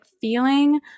feeling